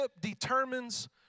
Determines